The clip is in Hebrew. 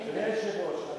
אבל ביקשתי רשות.